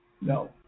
no